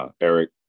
Eric